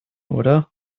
oder